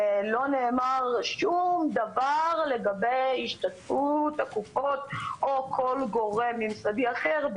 לא נאמר שום דבר על השתתפות הקופות או כל גורם ממסדי אחר,